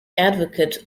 advocate